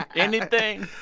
anything?